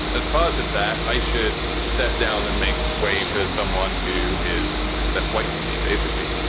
as part of that, i should step down and make way for someone who is less white than me, basically,